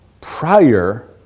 prior